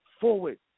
forward